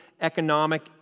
economic